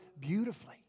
beautifully